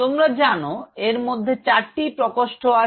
তোমরা জান এর মধ্যে 4 টি প্রকোষ্ঠ আছে